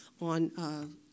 on